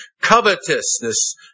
covetousness